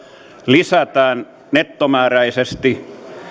lisätään nettomääräisesti